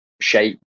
shape